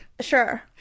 Sure